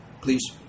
Please